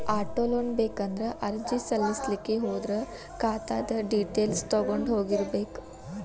auto loan ಬೇಕಂದ್ರ ಅರ್ಜಿ ಸಲ್ಲಸ್ಲಿಕ್ಕೆ ಹೋದ್ರ ಖಾತಾದ್ದ್ ಡಿಟೈಲ್ಸ್ ತಗೊಂಢೊಗಿರ್ಬೇಕ್